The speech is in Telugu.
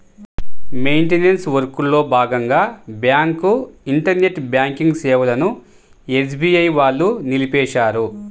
మెయింటనెన్స్ వర్క్లో భాగంగా బ్యాంకు ఇంటర్నెట్ బ్యాంకింగ్ సేవలను ఎస్బీఐ వాళ్ళు నిలిపేశారు